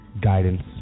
guidance